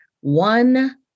One